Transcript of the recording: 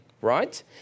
right